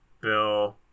Bill